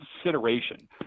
consideration